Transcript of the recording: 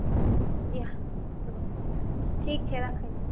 हँ बिहार चलू ठीक छै रखैत छी